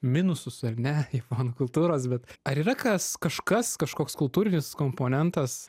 minusus ar ne japonų kultūros bet ar yra kas kažkas kažkoks kultūrinis komponentas